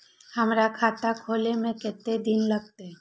हमर खाता खोले में कतेक दिन लगते?